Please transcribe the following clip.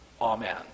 Amen